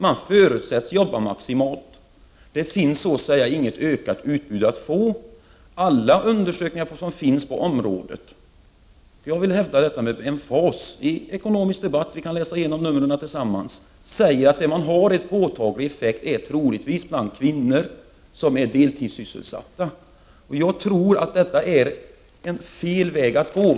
Man förutsätts jobba maximalt. Det finns så att säga inget att öka utbudet med. Jag hävdar med emfas att alla undersökningar som finns på området, t.ex. i Ekonomisk Debatt — vi kan läsa igenom numren tillsammans — säger att en påtaglig dynamisk effekt får man troligtvis bland kvinnor som är deltidssysselsatta. Jag tror att det är fel väg att gå.